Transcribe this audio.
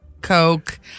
coke